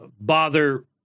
bother